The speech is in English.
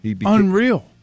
Unreal